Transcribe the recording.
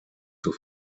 zur